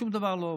שום דבר לא עובר.